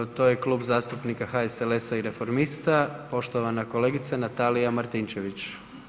To je Kluba zastupnika HSLS-a i reformista poštovana kolegica Natalija Martinčević.